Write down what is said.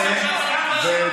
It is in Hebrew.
אתה רוצה,